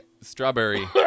strawberry